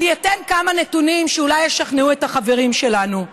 אני אתן כמה נתונים שאולי ישכנעו את החברים שלנו: